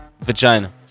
Vagina